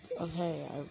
okay